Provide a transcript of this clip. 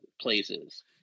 places